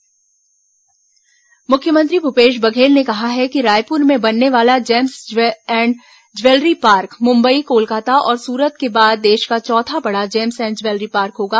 मुख्यमंत्री jewellery park मुख्यमंत्री भूपेश बघेल ने कहा है कि रायपुर में बनने वाला gems and jewellery park Mumbai Kolkata और सूरत के बाद देश का चौथा बड़ा जेम्स एण्ड ज्वेलरी पार्क होगा